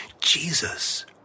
Jesus